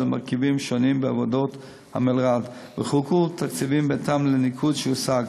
מרכיבים שונים בעבודות המלר"ד וחולקו תקציבים בהתאם לניקוד שהושג,